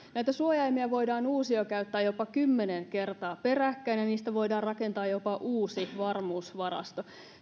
näitä suojaimia voidaan uusiokäyttää jopa kymmenen kertaa peräkkäin ja niistä voidaan rakentaa jopa uusi varmuusvarasto